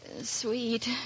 Sweet